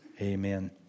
Amen